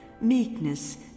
meekness